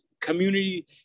community